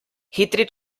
hitri